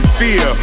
fear